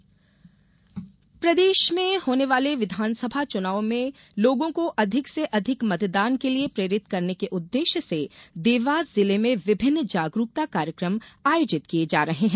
SVEEP अभियान प्रदेश में होने वाले विधानसभा चुनाव में लोगों को अधिक से अधिक मतदान के लिये प्रेरित करने के उद्वेश्य से देवास जिले में विभिन्न जागरूकता कार्यक्रम आयोजित किये जा रहे हैं